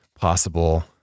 possible